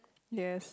yes